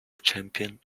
champion